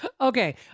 Okay